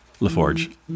LaForge